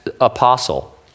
apostle